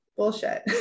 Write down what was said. Bullshit